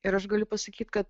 ir aš galiu pasakyt kad